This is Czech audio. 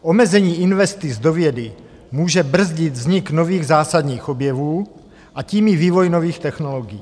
Omezení investic do vědy může brzdit vznik nových zásadních objevů, a tím i vývoj nových technologií.